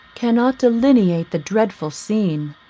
cannot delineate the dreadful scene.